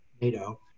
NATO